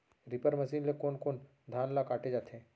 Reaper machine ले कोन कोन धान ल काटे जाथे?